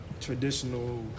traditional